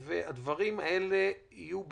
הדברים האלה יהיו בעוכרינו,